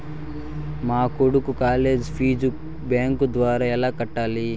మా కొడుకు college fees bank ద్వారా ఎలా కట్టాలి?